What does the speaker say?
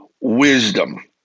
wisdom